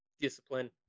Discipline